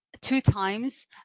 two-times